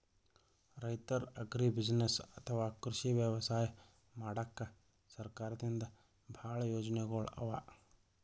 ರೈತರ್ ಅಗ್ರಿಬುಸಿನೆಸ್ಸ್ ಅಥವಾ ಕೃಷಿ ವ್ಯವಸಾಯ ಮಾಡಕ್ಕಾ ಸರ್ಕಾರದಿಂದಾ ಭಾಳ್ ಯೋಜನೆಗೊಳ್ ಅವಾ